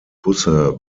busse